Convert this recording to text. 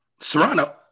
Serrano